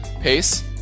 pace